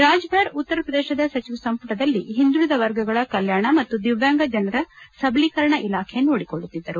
ರಾಜ್ಭರ್ ಉತ್ತರಪ್ರದೇಶದ ಸಚಿವ ಸಂಪುಟದಲ್ಲಿ ಹಿಂದುಳಿದ ವರ್ಗಗಳ ಕಲ್ಯಾಣ ಮತ್ತು ದಿವ್ಯಾಂಗರ ಜನರ ಸಬಲೀಕರಣ ಇಲಾಖೆ ನೋಡಿಕೊಳ್ಳುತ್ತಿದ್ದರು